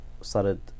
started